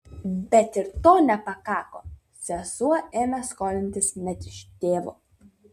bet ir to nepakako sesuo ėmė skolintis net iš tėvo